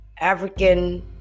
African